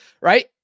right